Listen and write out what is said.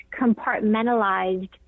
compartmentalized